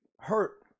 hurt